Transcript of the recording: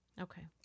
Okay